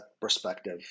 perspective